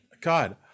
God